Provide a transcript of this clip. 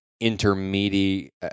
intermediate